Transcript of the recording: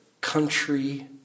country